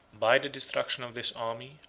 by the destruction of this army,